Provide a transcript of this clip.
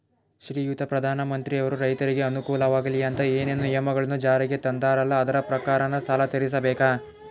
ಶ್ರೀಯುತ ಪ್ರಧಾನಮಂತ್ರಿಯವರು ರೈತರಿಗೆ ಅನುಕೂಲವಾಗಲಿ ಅಂತ ಏನೇನು ನಿಯಮಗಳನ್ನು ಜಾರಿಗೆ ತಂದಾರಲ್ಲ ಅದರ ಪ್ರಕಾರನ ಸಾಲ ತೀರಿಸಬೇಕಾ?